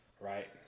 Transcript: Right